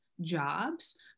jobs